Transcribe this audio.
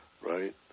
right